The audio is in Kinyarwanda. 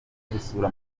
gusura